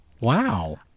Wow